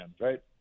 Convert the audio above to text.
right